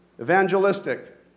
Evangelistic